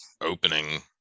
opening